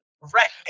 Right